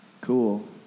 Cool